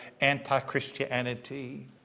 anti-Christianity